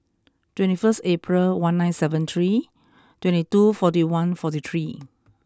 twenty first April one nine seven three twenty two forty one forty three